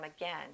again